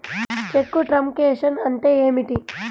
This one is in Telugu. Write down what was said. చెక్కు ట్రంకేషన్ అంటే ఏమిటి?